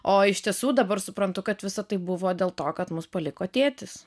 o iš tiesų dabar suprantu kad visa tai buvo dėl to kad mus paliko tėtis